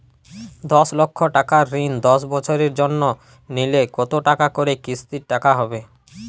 দশ লক্ষ টাকার ঋণ দশ বছরের জন্য নিলে কতো টাকা করে কিস্তির টাকা হবে?